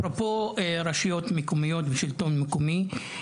אפרופו רשויות מקומיות ושלטון מקומי,